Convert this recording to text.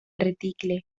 reticle